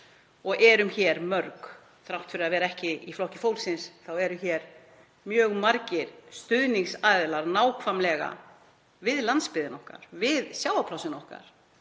við erum hér mörg, þrátt fyrir að vera ekki í Flokki fólksins þá eru hér mjög margir stuðningsaðilar, nákvæmlega, við landsbyggðina okkar, við sjávarplássin okkar